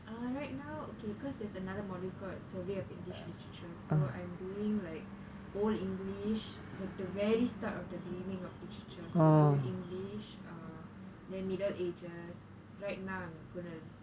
uh right now okay because there's another module called survey of english literature so I'm doing like old english like the very start of the beginning of literature so old english uh then middle ages right now I'm going to